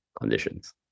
conditions